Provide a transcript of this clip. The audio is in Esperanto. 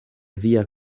via